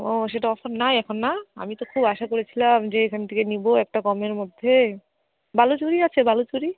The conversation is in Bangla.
ও সেটা অফার নাই এখন এখন না আমি তো খুব আশা করেছিলাম যে এখান থেকে নেবো একটা কমের মধ্যে বালুচরি আছে বালুচরি